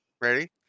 Ready